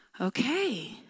okay